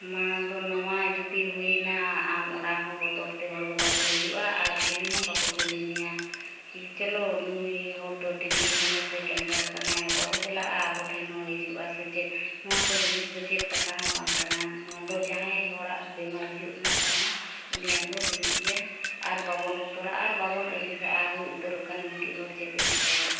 ᱢᱟᱲᱟᱝ ᱫᱚ ᱱᱚᱣᱟ ᱡᱩᱫᱤ ᱦᱩᱭᱱᱟ ᱟᱢ ᱚᱲᱟᱜ ᱦᱚᱸ ᱵᱚᱛᱚᱨᱛᱮ ᱦᱚᱲ ᱫᱚ ᱵᱟᱠᱚ ᱦᱤᱡᱩᱜᱼᱟ ᱟᱨ ᱠᱩᱞᱤ ᱦᱚᱸ ᱵᱟᱠᱚ ᱠᱩᱞᱤ ᱢᱮᱭᱟ ᱪᱚᱞᱚ ᱱᱩᱭ ᱦᱚᱲᱫᱚ ᱴᱤᱵᱷᱤ ᱟᱠᱟᱱᱟᱭ ᱥᱮ ᱠᱮᱱᱥᱟᱨ ᱟᱠᱟᱱᱟᱭ ᱵᱟᱵᱚ ᱪᱟᱞᱟᱜᱼᱟ ᱟᱵᱚ ᱴᱷᱮᱱ ᱦᱚᱸ ᱦᱤᱡᱩᱜᱼᱟ ᱥᱮ ᱪᱮᱫ ᱱᱚᱣᱟ ᱠᱚ ᱡᱤᱱᱤᱥ ᱫᱚ ᱪᱮᱫ ᱠᱟᱛᱷᱟ ᱦᱚᱸ ᱵᱟᱝ ᱠᱟᱱᱟ ᱱᱚᱣᱟ ᱫᱚ ᱡᱟᱦᱟᱸᱭ ᱦᱚᱲᱟᱜ ᱵᱮᱢᱟᱨ ᱦᱩᱭᱩᱜ ᱨᱮᱱᱟᱜ ᱛᱟᱦᱮᱱᱟ ᱩᱱᱤᱭᱟᱜ ᱫᱚ ᱦᱩᱭᱩᱜ ᱜᱮᱭᱟ ᱟᱨ ᱵᱟᱵᱚᱱ ᱵᱚᱛᱚᱨᱟᱜᱼᱟ ᱟᱨ ᱵᱟᱵᱚᱱ ᱟᱹᱲᱤᱥᱟᱜᱼᱟ ᱦᱩᱭ ᱩᱛᱟᱹᱨᱚᱜ ᱠᱷᱟᱱ ᱢᱤᱫᱴᱤᱱ ᱦᱚᱲ ᱪᱮᱫᱼᱮ ᱪᱤᱠᱟᱹᱭᱟ